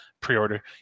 pre-order